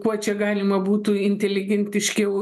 kuo čia galima būtų inteligentiškiau